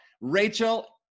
Rachel